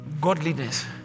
Godliness